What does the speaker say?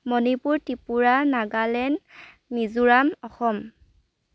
Manipur Tripura Nagaland Mizoram Assam